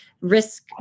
risk